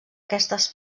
aquestes